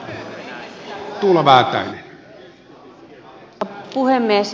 arvoisa puhemies